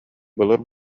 былыр